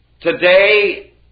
today